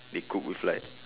be cooked with like